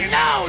no